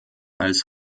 als